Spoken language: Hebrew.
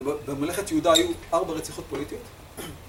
בממלכת יהודה היו ארבע רציחות פוליטיות?